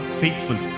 faithful